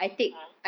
ah